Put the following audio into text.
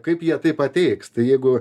kaip jie tai pateiks tai jeigu